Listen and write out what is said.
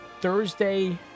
Thursday